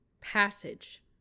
passage